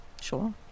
Sure